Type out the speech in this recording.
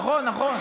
נכון, נכון.